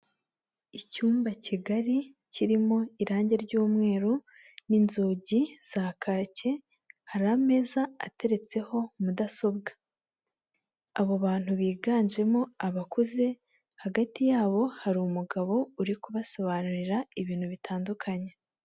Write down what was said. Icyumba kigari kirimo irange ry'umweru n'inzugi za kake hari ameza ateretseho mudasobwa. Abo bantu biganjemo abakuze hagati yabo hari umugabo uri kubasobanurira ibintu bitandukanye.